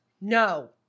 No